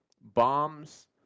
bombs